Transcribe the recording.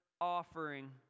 offering